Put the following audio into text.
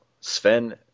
Sven